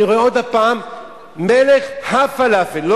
אני רואה עוד פעם "מלך הפלאפל" מלך המלכים.